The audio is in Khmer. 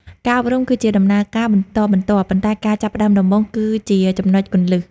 ការអប់រំគឺជាដំណើរការបន្តបន្ទាប់ ប៉ុន្តែការចាប់ផ្ដើមដំបូងគឺជាចំណុចគន្លឹះ។